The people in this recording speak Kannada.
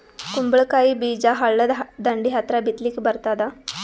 ಕುಂಬಳಕಾಯಿ ಬೀಜ ಹಳ್ಳದ ದಂಡಿ ಹತ್ರಾ ಬಿತ್ಲಿಕ ಬರತಾದ?